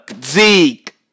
Zeke